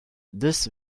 this